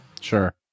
sure